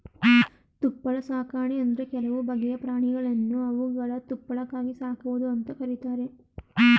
ತುಪ್ಪಳ ಸಾಕಣೆ ಅಂದ್ರೆ ಕೆಲವು ಬಗೆಯ ಪ್ರಾಣಿಗಳನ್ನು ಅವುಗಳ ತುಪ್ಪಳಕ್ಕಾಗಿ ಸಾಕುವುದು ಅಂತ ಕರೀತಾರೆ